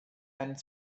einen